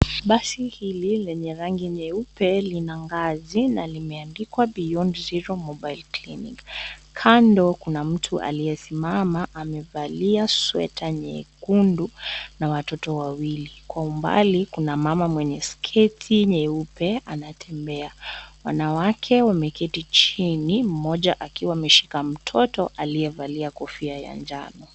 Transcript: Basi hili lenye rangi nyeupe lina ngazi na limeandikwa [Beyond Zero Mobile Clinic . Kando kuna mtu aliyesimama amevalia sweta nyekundu na watoto wawili. Kwa umbali kuna mama mwenye sketi nyeupe anatembea. Wanawake wameketi chini mmoja akiwa ameshika mtoto aliyevalia kofia ya njano.